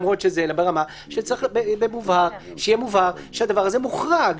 אלא ברמה שצריך להיות מובהר שהדבר הזה מוחרג,